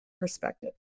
perspective